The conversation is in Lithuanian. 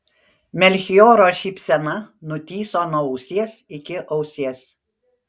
melchioro šypsena nutįso nuo ausies iki ausies